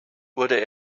wurde